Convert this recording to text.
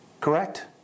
Correct